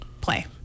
play